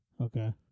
okay